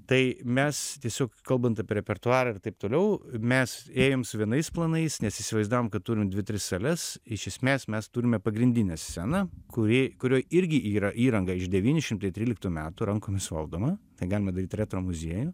tai mes tiesiog kalbant apie repertuarą ir taip toliau mes ėjom su vienais planais nes įsivaizdavom kad turim dvi tris sales iš esmės mes turime pagrindinę sceną kuri kurioj irgi yra įranga iš devyni šimtai tryliktų metų rankomis valdoma ten galima daryt retro muziejų